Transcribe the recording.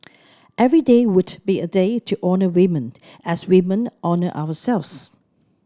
every day would be a day to honour women and as women honour ourselves